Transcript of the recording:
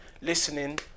listening